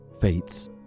fates